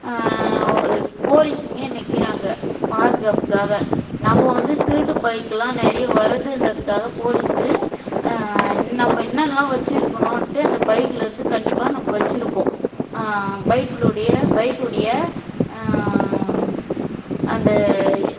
ஓ போலீஸ்ஸுங்கள் நிற்கிறாங்க பாதுகாப்புக்காக நம்ம வந்து திருட்டு பைக்கெலாம் நிறைய வருதுகிறத்துக்காக போலீஸ்ஸு நம்ம என்னென்னலாம் வச்சுருக்கணுன்ட்டு அந்த பைக்கிலேருந்து கண்டிப்பாக நம்ம வச்சுருப்போம் பைக்களுடைய பைக்குடைய அந்த